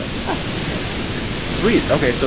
ah yeah so sweet, okay, so